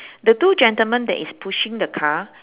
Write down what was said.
the two gentlemen that is pushing the car